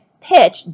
pitch